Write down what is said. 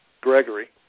Gregory